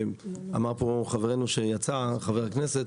ואמר פה חבר הכנסת,